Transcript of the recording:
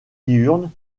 diurnes